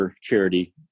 Charity